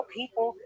people